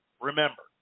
remember